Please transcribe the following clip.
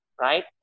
right